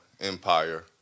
empire